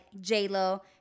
J-Lo